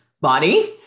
body